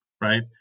right